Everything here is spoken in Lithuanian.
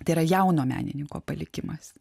tai yra jauno menininko palikimas